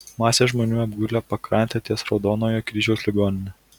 masės žmonių apgulę pakrantę ties raudonojo kryžiaus ligonine